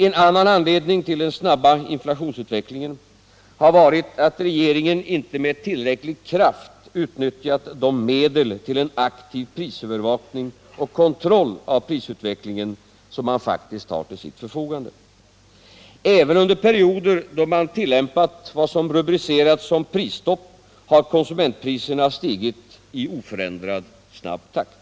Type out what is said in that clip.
En annan anledning till den snabba inflationsutvecklingen har varit att regeringen inte med tillräcklig kraft utnyttjat de medel till en aktiv prisövervakning och kontroll av prisutvecklingen som man faktiskt har till sitt förfogande. Även under perioder då man tillämpat vad som rubricerats som prisstopp har konsumentpriserna stigit i oförändrad, snabb takt.